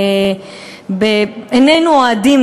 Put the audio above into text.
איננו אוהדים,